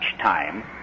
time